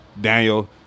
Daniel